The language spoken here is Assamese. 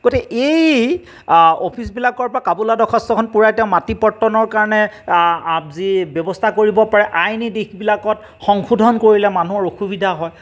গতিকে এই অফিচবিলাকৰ পৰা কাবুলা দৰ্খাস্তখন পূৰাই তেওঁ মাটি পট্টনৰ কাৰণে যি ব্যৱস্থা কৰিব পাৰে আইনী দিশবিলাকত সংশোধন কৰিলে মানুহৰ অসুবিধা হয়